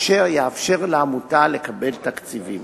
אשר יאפשר לה לקבל תקציבים.